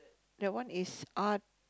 that one is art